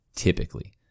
Typically